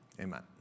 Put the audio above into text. Amen